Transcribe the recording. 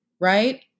Right